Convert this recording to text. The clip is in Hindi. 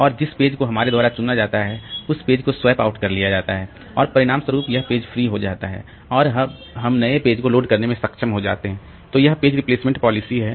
और जिस पेज को हमारे द्वारा चुना जाता है उस पेज को स्वैप आउट कर लिया जाता है और परिणाम स्वरूप यह पेज फ्री हो जाता है और अब हम नए पेज को लोड करने में सक्षम हो जाते हैं तो यह पेज रिप्लेसमेंट पॉलिसी है